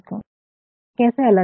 अब ये कैसे अलग है